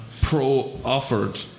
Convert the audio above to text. pro-offered